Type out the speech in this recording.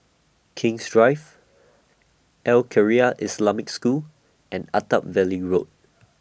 King's Drive Al Khairiah Islamic School and Attap Valley Road